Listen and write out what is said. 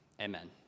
Amen